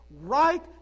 right